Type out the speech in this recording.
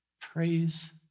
Praise